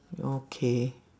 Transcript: okay